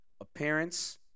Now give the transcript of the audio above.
appearance